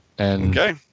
Okay